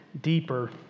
Deeper